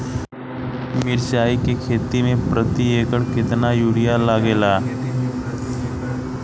मिरचाई के खेती मे प्रति एकड़ केतना यूरिया लागे ला?